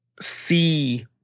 see